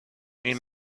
این